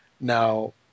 Now